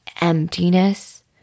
emptiness